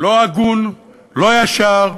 לא הגון, לא ישר,